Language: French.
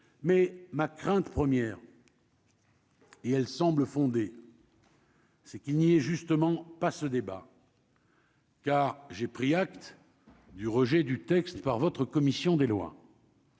mais ma crainte première. Et elle semble fondée. C'est qu'il n'y ait justement pas ce débat. Car j'ai pris acte du rejet du texte par votre commission des lois.